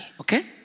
Okay